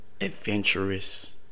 Adventurous